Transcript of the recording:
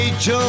Joe